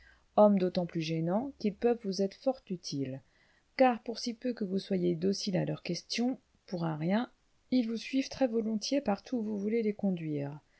hommes d'autant plus gênants qu'ils peuvent vous être fort utiles car pour si peu que vous soyez dociles à leurs questions pour un rien ils vous suivent très-volontiers partout où vous voulez les conduire